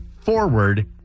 forward